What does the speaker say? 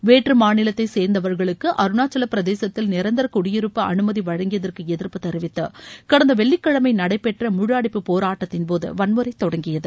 வேற்று மாநிலத்தைச் சேர்ந்தவர்களுக்கு அருணாசவப் பிரதேசத்தில் நிரந்தர குடியிருப்பு அனுமதி வழங்கியதற்கு எதிர்ப்பு தெரிவித்து கடந்த வெள்ளிக்கிழமை நடைபெற்ற முழு அடைப்பு போராட்டத்தின் போது வன்முறை தொடங்கியது